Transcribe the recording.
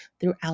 throughout